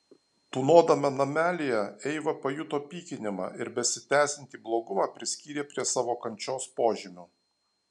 tūnodama namelyje eiva pajuto pykinimą ir besitęsiantį blogumą priskyrė prie savo kančios požymių